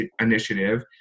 initiative